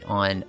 on